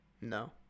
No